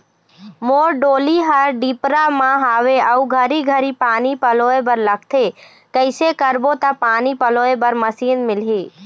मोर डोली हर डिपरा म हावे अऊ घरी घरी पानी पलोए बर लगथे कैसे करबो त पानी पलोए बर मशीन मिलही?